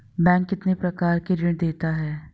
Bank कितने प्रकार के ऋण देता है?